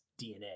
DNA